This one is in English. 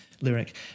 Lyric